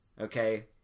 okay